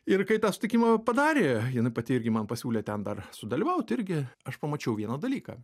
ir kai tą sutikimą padarė jinai pati irgi man pasiūlė ten dar sudalyvaut irgi aš pamačiau vieną dalyką